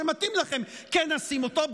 וכשמתאים לכם, כן נשים אותו.